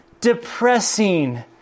depressing